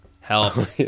help